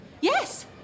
Yes